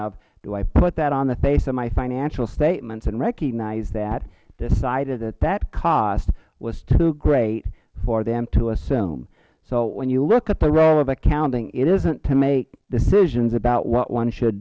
of do i put that on the face of my financial statements and recognize that decided that that cost was too great for them to assume so when you look at the role of accounting it isnt to make decisions about what one should